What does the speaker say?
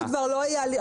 זה לא הליך פלילי.